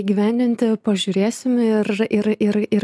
įgyvendinti pažiūrėsim ir ir ir ir